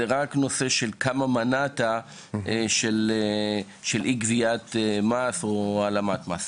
זה רק נושא של כמה מנעת של אי גביית מס או העלמת מס.